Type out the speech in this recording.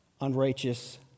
unrighteous